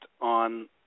on